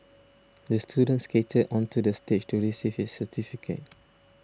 the student skated onto the stage to receive his certificate